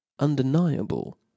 Undeniable